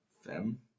Fem